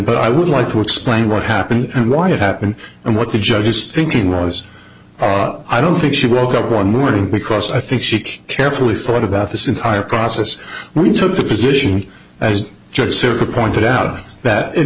but i would like to explain what happened and why it happened and what the judge's thinking was i don't think she woke up one morning because i think she carefully thought about this entire process when he took the position as judge sirica pointed out that it